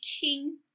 king